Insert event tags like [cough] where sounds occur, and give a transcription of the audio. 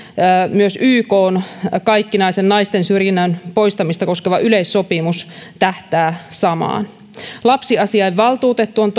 myös ykn kaikkinaisen naisten syrjinnän poistamista koskeva yleissopimus tähtää samaan lapsiasiainvaltuutettu on [unintelligible]